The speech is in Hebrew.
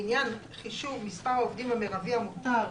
לעניין חישוב מספר העובדים המרבי המותר,